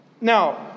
Now